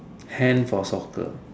hand for soccer